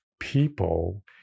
people